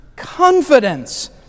Confidence